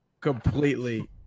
completely